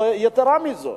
יתירה מזו,